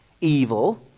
evil